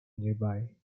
nearby